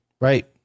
Right